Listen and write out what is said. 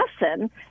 lesson